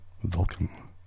Vulcan